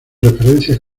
referencias